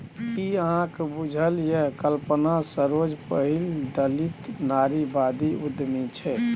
कि अहाँक बुझल यै कल्पना सरोज पहिल दलित नारीवादी उद्यमी छै?